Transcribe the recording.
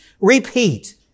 repeat